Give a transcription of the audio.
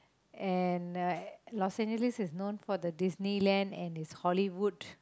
and uh Los-Angeles is known for the Disneyland and its Hollywood